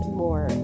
more